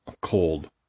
cold